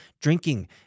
drinking